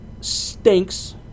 stinks